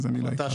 אז אני לא הכרתי.